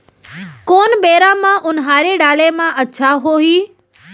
कोन बेरा म उनहारी डाले म अच्छा होही?